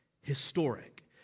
historic